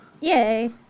Yay